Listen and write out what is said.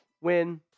win